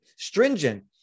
Stringent